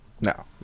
No